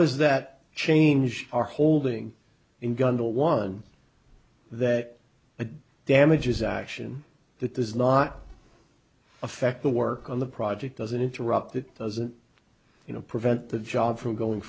does that change our holding in gun the one that a damages action that does not affect the work on the project doesn't interrupt it doesn't you know prevent the job from going